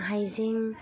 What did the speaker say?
हायजें